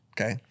Okay